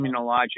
immunologic